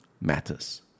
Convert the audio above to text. matters